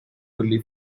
early